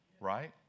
right